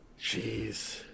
Jeez